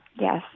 yes